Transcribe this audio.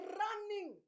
running